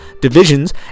divisions